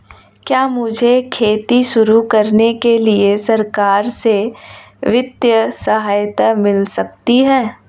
क्या मुझे खेती शुरू करने के लिए सरकार से वित्तीय सहायता मिल सकती है?